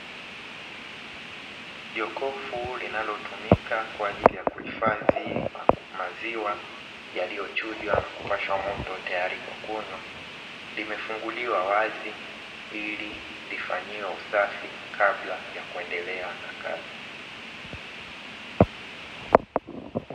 Jokofu linalotumika kwa ajili ya kuhifadhi maziwa, yaliyochujwa na kupashwa moto tayari kwa ajili ya kunywa, limefunguliwa wazi ili lifanyiwe usafi kabla ya kuendelea na kazi.